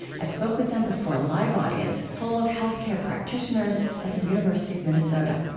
i spoke with them before a live audience full of health care practitioners at the university of minnesota